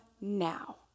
now